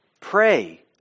Pray